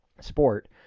sport